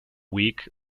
weak